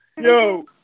Yo